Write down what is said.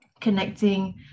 connecting